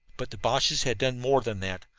but the boches had done more than that.